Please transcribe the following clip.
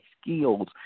skills